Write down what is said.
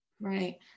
Right